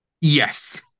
Yes